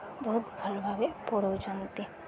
ବହୁତ ଭଲ ଭାବେ ପଢ଼ାଉଛନ୍ତି